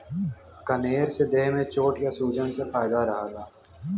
कनेर से देह में चोट या सूजन से फायदा रहला